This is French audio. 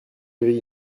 gris